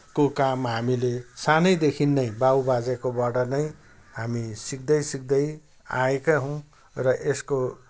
को काम हामीले सानैदेखि नै बाबुबाजेकोबाट नै हामी सिक्दै सिक्दै आएका हौँ र यसको